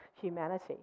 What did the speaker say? humanity